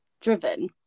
driven